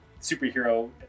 superhero